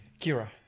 Kira